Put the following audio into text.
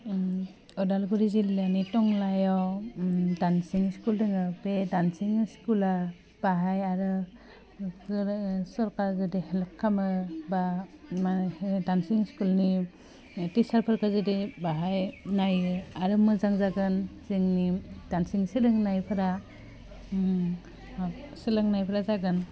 ओम अदागुरि जिल्लानि टंलायाव ओम डानसिं स्कुल दङ बे डानसिं स्कुला बाहाय आरो बोरै सरकार जुदि हेल्प खालामो बा मा डानसिं स्कुलनि टिचारफोरखौ जुदि बाहाय नाइयो आरो मोजां जागोन जोंनि डानसिं सोलोंनायफ्रा ओं मा सोलोंनायफ्रा जागोन